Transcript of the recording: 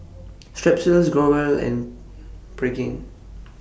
Strepsils Growell and Pregain